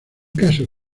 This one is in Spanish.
casos